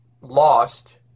lost